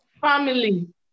Family